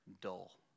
dull